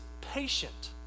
patient